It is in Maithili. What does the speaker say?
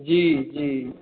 जी जी